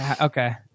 Okay